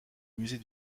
musée